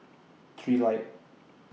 Trilight